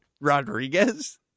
Rodriguez